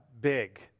big